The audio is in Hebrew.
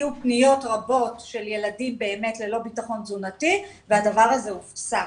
הגיעו פניות רבות של ילדים ללא בטחון תזונתי והדבר הזה הופסק.